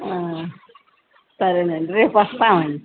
సరేనండి రేపు వస్తామండీ